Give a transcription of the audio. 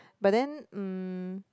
but then mm